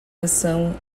ação